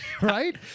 right